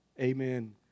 Amen